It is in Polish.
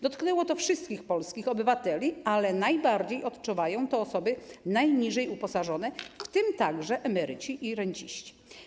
Dotknęło to wszystkich polskich obywateli, ale najbardziej odczuwają to osoby najniżej uposażone, w tym emeryci i renciści.